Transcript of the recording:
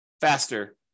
faster